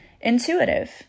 intuitive